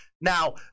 Now